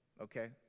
okay